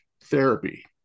therapy